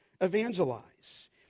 evangelize